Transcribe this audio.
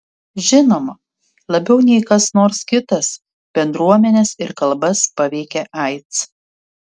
žinoma labiau nei kas nors kitas bendruomenes ir kalbas paveikia aids